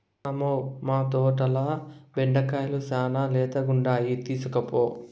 మ్మౌ, మా తోటల బెండకాయలు శానా లేతగుండాయి తీస్కోపో